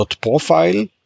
.profile